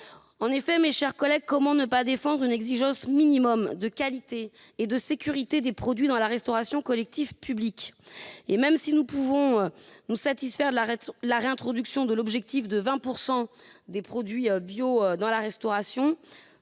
Mes chers collègues, comment ne pas défendre une exigence minimum de qualité et de sécurité des produits dans la restauration collective publique ? Même si nous pouvons nous satisfaire de la réintroduction de l'objectif de 20 % de produits bio dans la restauration,